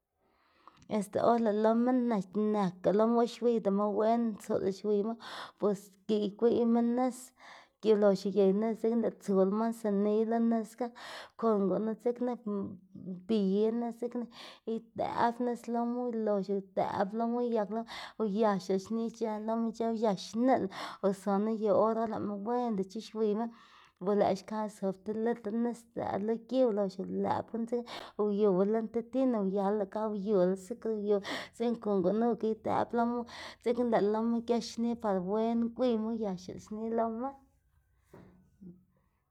Este or lëꞌ loma në nëkga loma xwiydama wen, ntsuꞌl xwiyma bos igwiyma nis ulox uyey nis dzekna lëꞌ tsula mansaniy lo nis ga kon gunu dzekna mbi nis dzekna idëꞌb nis loma ulox udëꞌb loma uyak loma uyasla xni ic̲h̲ë loma uyaxnila o zona yu or or lëꞌma wendac̲h̲e xwiyma bo lëꞌkga xkaga zob ti litr nis dzëꞌ lo gi ulox ulëꞌb gunu dzekna uyuwa lën tib tina uya lëꞌ ga uyula zukr uyu dzekna kon gunuka idëꞌd loma dzekna lëꞌ loma giaxni par wen gwiyma uyaxla xni loma.